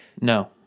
No